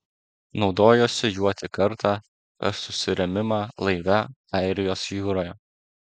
naudojosi juo tik kartą per susirėmimą laive airijos jūroje